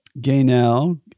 Gaynell